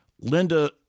Linda